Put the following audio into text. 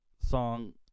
song